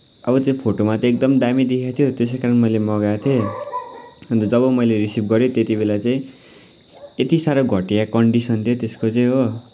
अब त्यो फोटोमा त एकदमै दामी देखाएको थियो त्यसै कारण मैले मगाएको थिएँ अन्त जब मैले रिसिभ गरेँ त्यति बेला चाहिँ यति साह्रो घटिया कन्डिसन थियो त्यसको चाहिँ हो